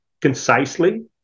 concisely